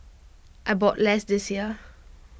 I bought less this year